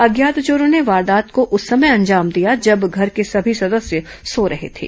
अज्ञात चोरों ने वारदात को उस समय अंजाम दिया जब घर के सभी सदस्य सो रहे थे